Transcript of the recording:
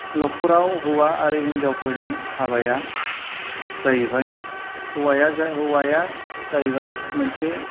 न'खराव हिन्जाव आरो हौवाफोरनि हाबाया जाहैबाय हौवाया हौवाया जाहैबाय मोनसे